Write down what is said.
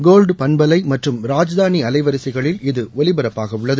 gold பண்பலை மற்றும் ராஜ்தானி அலைவரிசைகளில் இது ஒலிபரப்பாகவுள்ளது